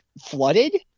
flooded